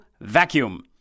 Vacuum